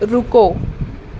ਰੁਕੋ